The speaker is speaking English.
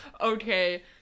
Okay